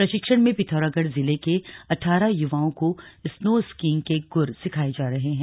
प्रशिक्षण में पिथौरागढ़ जिले अठारह युवाओं को स्नो स्कीईग के गुर सिखाए जा रहे हैं